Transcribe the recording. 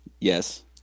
yes